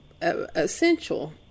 essential